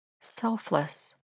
Selfless